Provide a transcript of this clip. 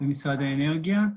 במשרד האנרגיה.